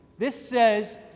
this says,